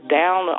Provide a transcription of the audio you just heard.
down